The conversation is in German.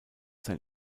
sein